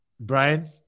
Brian